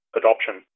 adoption